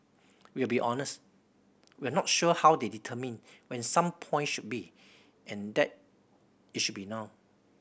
we'll be honest we're not sure how they determined when some point should be and that it should be now